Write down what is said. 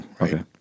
Okay